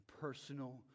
personal